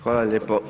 Hvala lijepo.